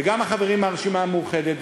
וגם החברים מהרשימה המאוחדת,